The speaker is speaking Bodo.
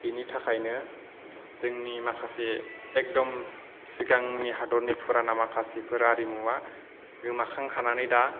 बिनि थाखायनो जोंनि माखासे एकदम सिगांनि हादतनि फुराना माखासेफोर आरिमुवा गोमाखांखानानै दा